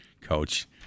coach